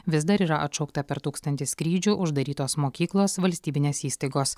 vis dar yra atšaukta per tūkstantį skrydžių uždarytos mokyklos valstybinės įstaigos